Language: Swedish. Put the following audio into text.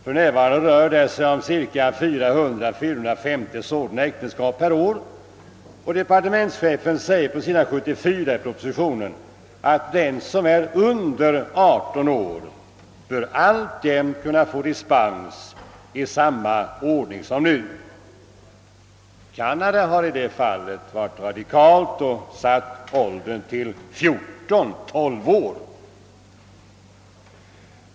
För närvarande rör det sig om 400 å 450 sådana äktenskap per år, och departementschefen säger på s. 74 i propositionen att »den som är under 18 år bör alltjämt kunna få dispens i samma ordning som nu». Kanada har i det fallet varit radikalt och satt åldern till 14—12 år.